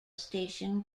station